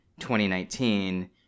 2019